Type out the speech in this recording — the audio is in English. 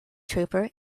trooper